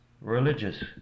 religious